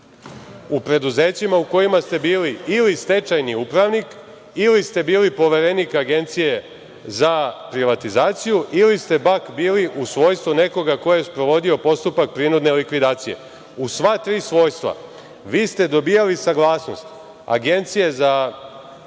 u preduzećima u kojima ste bili ili stečajni upravnik, ili ste bili poverenik Agencije za privatizaciju, ili ste pak, bili u svojstvu nekoga ko je sprovodio postupak prinudne likvidacije.U sva tri svojstva vi ste dobijali saglasnost Agencije za privatizaciju